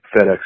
FedEx